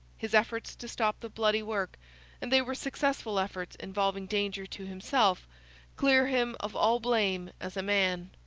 his efforts to stop the bloody work and they were successful efforts involving danger to himself clear him of all blame as a man.